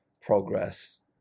progress